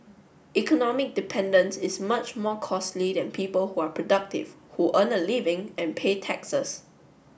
economic dependence is much more costly than people who are productive who earn a living and pay taxes